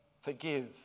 forgive